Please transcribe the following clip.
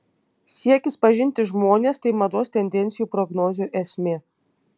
siekis pažinti žmones tai mados tendencijų prognozių esmė